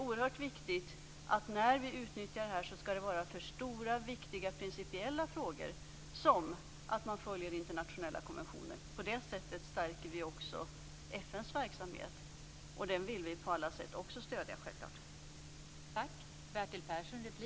När vi utnyttjar detta är det oerhört viktigt att det är fråga om stora, angelägna principiella frågor som att man följer internationella konventioner. På det sättet stärker vi också FN:s verksamhet, och den vill vi självklart också stödja på alla sätt.